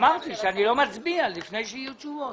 אמרתי שאני לא מצביע לפני שיהיו תשובות.